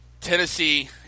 Tennessee